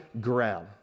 ground